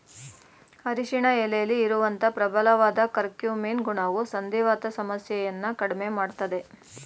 ಅರಿಶಿನ ಎಲೆಲಿ ಇರುವಂತ ಪ್ರಬಲವಾದ ಕರ್ಕ್ಯೂಮಿನ್ ಗುಣವು ಸಂಧಿವಾತ ಸಮಸ್ಯೆಯನ್ನ ಕಡ್ಮೆ ಮಾಡ್ತದೆ